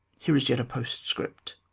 here is yet a postscript.